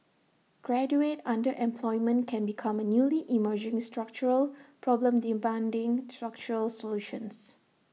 graduate underemployment can become A newly emerging structural problem demanding structural solutions